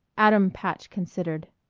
adam patch considered.